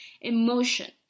emotion